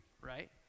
right